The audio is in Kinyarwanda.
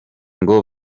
ngo